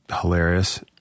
hilarious